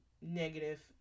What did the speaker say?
negative